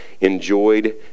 enjoyed